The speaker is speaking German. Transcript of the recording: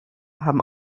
haben